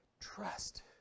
Trust